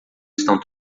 estão